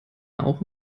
auch